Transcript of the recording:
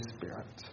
Spirit